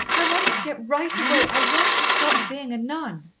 i want to get right away i want to stop being a nun.